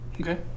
Okay